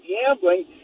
gambling